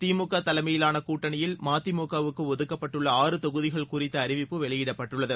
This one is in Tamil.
திமுக தலைமையிலான கூட்டணியில் மதிமுகவுக்கு ஒதுக்கப்பட்டுள்ள ஆறு தொகுதிகள் குறித்த அறிவிப்பு வெளியிடப்பட்டுள்ளது